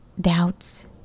Doubts